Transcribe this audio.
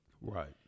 right